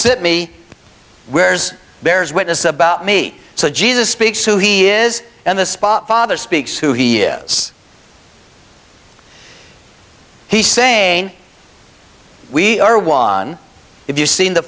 sit me where's bears witness about me so jesus speaks who he is and the spot father speaks who he is he's saying we are one if you seen the